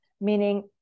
meaning